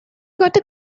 got